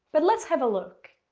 but let's have a look.